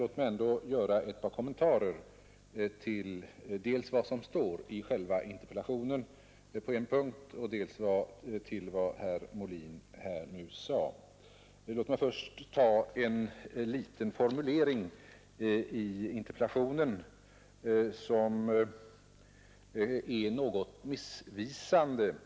Låt mig ändå göra ett par kommentarer till dels vad som står i själva interpellationen på en punkt, dels vad herr Molin här nu sade. En formulering i interpellationen är något missvisande.